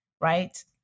right